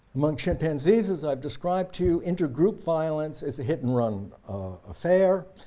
among chimpanzees, as i've described to you, inter-group violence is a hit-and-run affair.